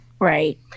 Right